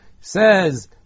Says